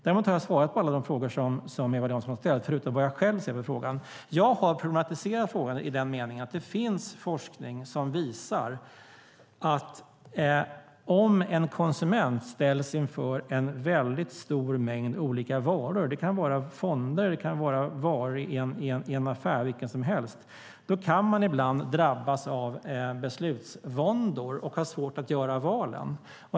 Därmed har jag svarat på alla frågor Eva-Lena Jansson hade ställt förutom på hur jag själv ser på frågan. Jag har problematiserat frågan bland annat genom att titta på forskning som visar att en konsument som ställs inför en stor mängd olika varor - det kan vara fonder eller varor i vilken affär som helst - ibland kan drabbas av beslutsvånda. Man får svårt att göra valen.